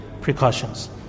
precautions